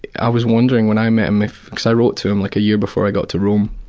i was wondering when i met him, if cause i wrote to him like a year before i got to rome.